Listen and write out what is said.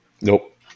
Nope